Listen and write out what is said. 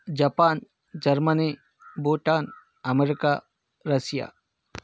Japan Germany Bhutan America Russia